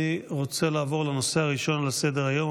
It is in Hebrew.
אני רוצה לעבור לנושא הראשון בסדר-היום,